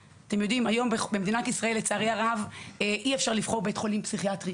היום במדינת ישראל לצערי הרב אי אפשר לבחור בית חולים פסיכיאטרי.